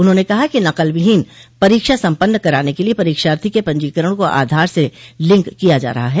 उन्होंने कहा कि नकलविहीन परीक्षा सम्पन्न कराने के लिए परीक्षार्थी के पंजीकरण को आधार से लिंक किया जा रहा है